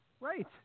Right